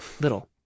Little